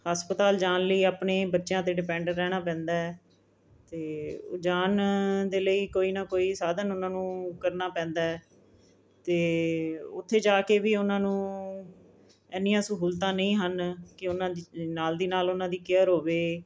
ਹਸਪਤਾਲ ਜਾਣ ਲਈ ਆਪਣੇ ਬੱਚਿਆਂ 'ਤੇ ਡਿਪੈਂਡ ਰਹਿਣਾ ਪੈਂਦਾ ਹੈ ਅਤੇ ਜਾਣ ਦੇ ਲਈ ਕੋਈ ਨਾ ਕੋਈ ਸਾਧਨ ਉਹਨਾਂ ਨੂੰ ਕਰਨਾ ਪੈਂਦਾ ਹੈ ਅਤੇ ਉੱਥੇ ਜਾ ਕੇ ਵੀ ਉਹਨਾਂ ਨੂੰ ਇੰਨੀਆਂ ਸਹੂਲਤਾਂ ਨਹੀਂ ਹਨ ਕਿ ਉਹਨਾਂ ਦੀ ਨਾਲ ਦੀ ਨਾਲ ਉਹਨਾਂ ਦੀ ਕੇਅਰ ਹੋਵੇ